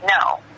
No